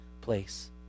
place